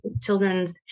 children's